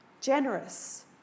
generous